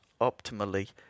optimally